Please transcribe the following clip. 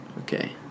Okay